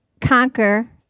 conquer